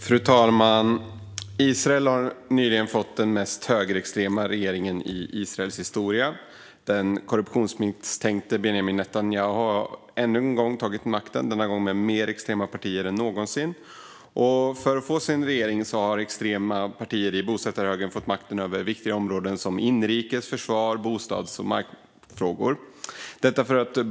Fru talman! Israel har nyligen fått den mest högerextrema regeringen i Israels historia. Den korruptionsmisstänkte Benjamin Netanyahu har ännu en gång tagit makten, denna gång med mer extrema partier än någonsin. För att han skulle kunna få sin regering har extrema partier i bosättarhögern fått makten över viktiga områden som inrikes-, försvars-, bostads och markfrågor.